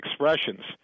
expressions